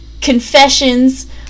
confessions